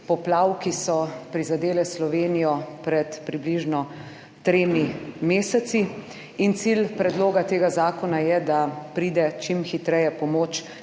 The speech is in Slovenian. poplav, ki so prizadele Slovenijo pred približno tremi meseci in cilj predloga tega zakona je, da pride čim hitreje pomoč